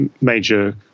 major